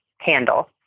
handle